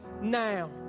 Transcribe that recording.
now